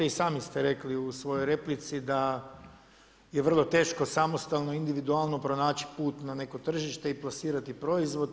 I sami ste rekli u svojoj replici da je vrlo teško samostalno, individualno pronaći put na neko tržište i plasirati proizvod.